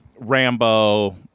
Rambo